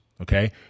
okay